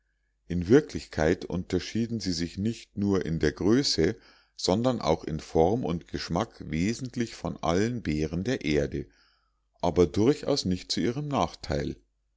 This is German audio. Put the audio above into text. in wirklichkeit unterschieden sie sich nicht nur in der größe sondern auch in form und geschmack wesentlich von allen beeren der erde aber durchaus nicht zu ihrem nachteil